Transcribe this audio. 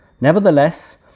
Nevertheless